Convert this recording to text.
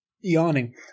Yawning